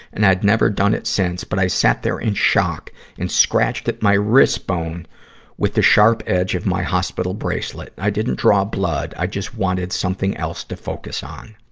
and i'd never done it since, but i sat there in shock and scratched at my wrist bone with the sharp edge of my hospital bracelet. i didn't draw blood. i just wanted something else to focus on.